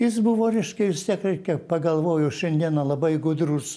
jis buvo reiškia vis tiek reikia pagalvoju šiandieną labai gudrus